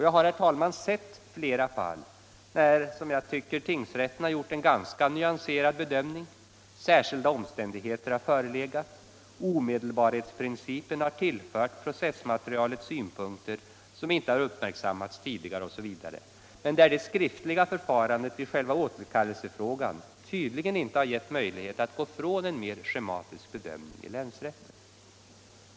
Jag har, herr talman, sett flera fall där som jag tycker tingsrätten gjort en ganska nyanserad bedömning — särskilda omständigheter har förelegat, omedelbarhetsprincipen har tillfört processmaterialet synpunkter som inte uppmärksammats tidigare osv. - men där det skriftliga förfarandet vid själva återkallelsen tydligen inte gett möjlighet att gå från en mer schematisk bedömning i länsrätten.